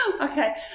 Okay